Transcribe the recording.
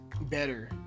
better